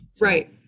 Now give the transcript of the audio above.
Right